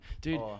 dude